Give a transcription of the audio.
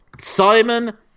Simon